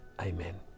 Amen